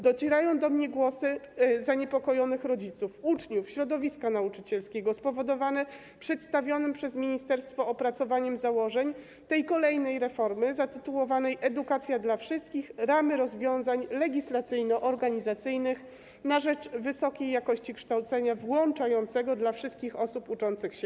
Docierają do mnie głosy zaniepokojonych rodziców, uczniów, środowiska nauczycielskiego, które pojawiły się po przedstawieniu przez ministerstwo opracowania założeń tej kolejnej reformy zatytułowanej „Edukacja dla wszystkich - ramy rozwiązań legislacyjno-organizacyjnych na rzecz wysokiej jakości kształcenia włączającego dla wszystkich osób uczących się”